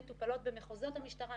עבירות כאלו מטופלות במחוזות המשטרה,